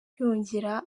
yongera